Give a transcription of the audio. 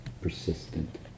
Persistent